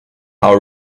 how